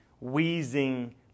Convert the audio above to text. wheezing